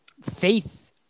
faith